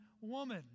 woman